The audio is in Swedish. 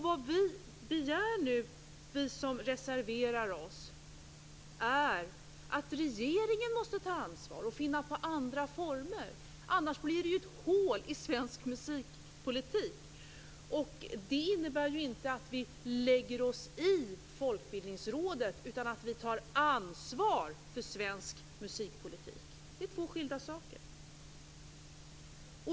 Vad vi som reserverar oss nu begär är att regeringen tar ansvar och finner andra former, annars blir det ett hål i svensk musikpolitik. Det innebär inte att vi lägger oss i Folkbildningsrådets verksamhet, utan att vi tar ansvar för svensk musikpolitik. Det är två skilda saker.